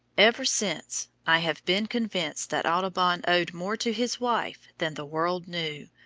ever since, i have been convinced that audubon owed more to his wife than the world knew,